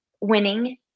winning